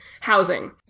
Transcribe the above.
housing